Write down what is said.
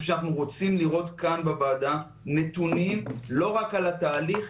שאנחנו רוצים לראות כאן בוועדה נתונים לא רק על התהליך,